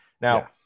Now